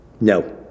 No